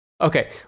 Okay